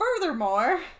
Furthermore